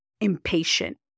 impatient